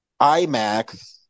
IMAX